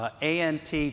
ANT